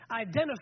identify